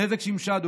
נזק שמשה.